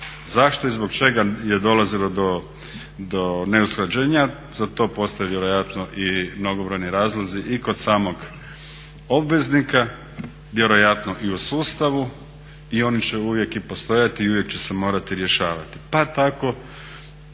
Zašto i zbog čega je dolazilo do neusklađenja, za to postoje vjerojatno i mnogobrojni razlozi i kod samog obveznika, vjerojatno i u sustavu i oni će uvijek i postojati i uvijek će se morati rješavati. Pa tako